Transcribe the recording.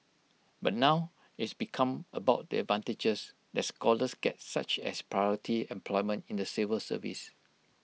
but now it's become about the advantages that scholars get such as priority employment in the civil service